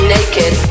Naked